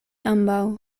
ambaŭ